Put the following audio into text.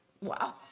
Wow